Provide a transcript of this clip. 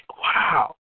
wow